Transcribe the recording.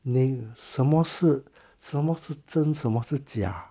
那个什么什什么是真什么是假